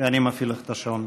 אני מפעיל לך את השעון מחדש.